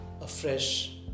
afresh